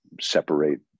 Separate